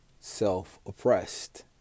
Self-oppressed